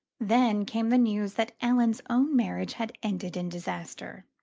then came the news that ellen's own marriage had ended in disaster,